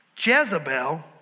Jezebel